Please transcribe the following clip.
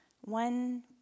one